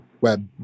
web